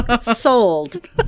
Sold